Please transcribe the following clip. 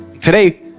today